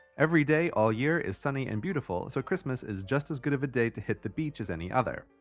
every day, all year is sunny and beautiful so christmas is just as good of a day to hit the beach as any other.